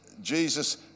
Jesus